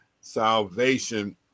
salvation